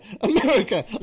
America